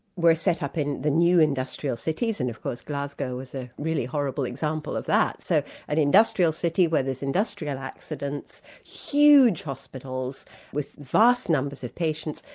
were set up in the new industrial cities, and of course glasgow was a really horrible example of that. so an industrial city where there's industrial accidents, huge hospitals with vast numbers of patients,